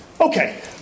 Okay